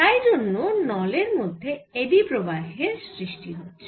তাই জন্য নলের মধ্যে এডি প্রবাহের সৃষ্টি হচ্ছে